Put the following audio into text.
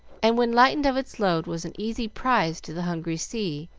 and when lightened of its load was an easy prize to the hungry sea,